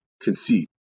conceit